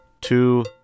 Two